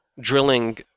drilling